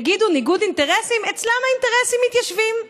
תגידו "ניגוד אינטרסים" אצלם האינטרסים מתיישבים,